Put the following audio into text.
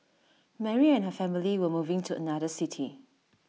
Mary and her family were moving to another city